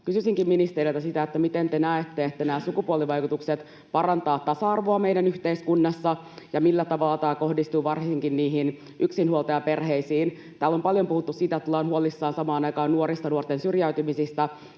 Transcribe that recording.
Kysyisinkin ministeriltä: miten te näette, että nämä sukupuolivaikutukset parantavat tasa-arvoa meidän yhteiskunnassa ja millä tavalla tämä kohdistuu varsinkin yksinhuoltajaperheisiin? Kun täällä on paljon puhuttu siitä, että ollaan huolissaan samaan aikaan nuorista, nuorten syrjäytymisistä,